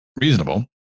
reasonable